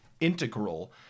integral